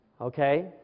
Okay